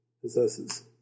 possesses